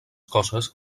coses